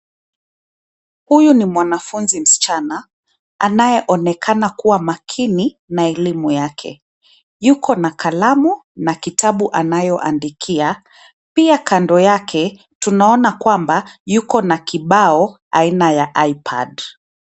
Huyu ni mwanafunzi msichana anayeonekana kuwa makini na elimu yake. Yuko na kalamu na kitabu anayoandikia. Pia kando yake tunaona kwamba yuko na kibao aina ya ipad .